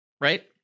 right